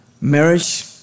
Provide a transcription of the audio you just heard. Marriage